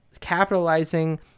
capitalizing